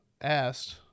Asked